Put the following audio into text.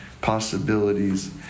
possibilities